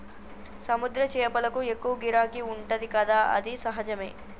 సముద్ర చేపలకు ఎక్కువ గిరాకీ ఉంటది కదా అది సహజమే